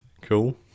Cool